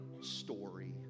story